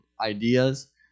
ideas